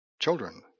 Children